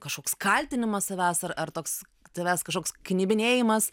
kažkoks kaltinimas savęs ar toks tavęs kažkoks knibinėjimas